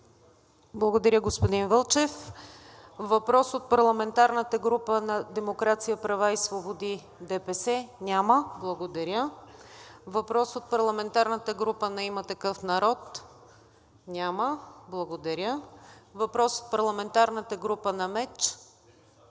Благодаря, господин Вълчев. Въпрос от парламентарната група на „Демокрация, права и свободи – ДПС“? Няма. Благодаря. Въпрос от парламентарната група на „Има Такъв Народ“? Няма. Благодаря. Въпрос от парламентарната група на МЕЧ?